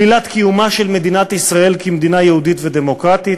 שלילת קיומה של מדינת ישראל כמדינה יהודית ודמוקרטית,